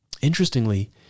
Interestingly